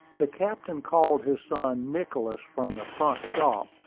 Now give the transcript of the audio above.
the captain called his son nicholas from the front shop,